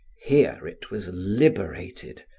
here it was liberated,